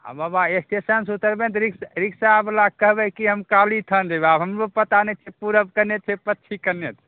बाबा स्टेशन सऽ उतरबै ने तऽ रिक्सा रिक्साबला कहबै की हम कालीस्थान जेबै आब हमरो पता नहि छै पूरब कयने छै पश्चिम कयने छै